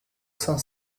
cinq